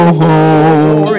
home